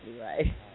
right